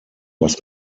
was